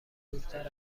دورتر